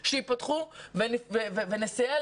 ייפתחו, וכך נסייע